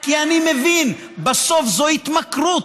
כי אני מבין שבסוף זו התמכרות.